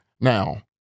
Now